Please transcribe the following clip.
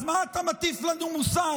אז מה אתה מטיף לנו מוסר?